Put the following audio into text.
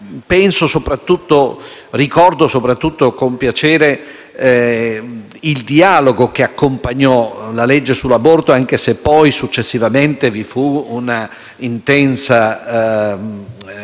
quel confronto. Ricordo soprattutto con piacere il dialogo che accompagnò la legge sull'aborto, anche se successivamente vi fu un'intensa battaglia